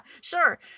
sure